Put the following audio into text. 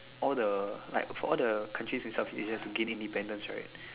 all the like of all the countries itself easier to gain independence